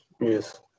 yes